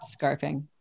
scarfing